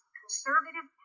conservative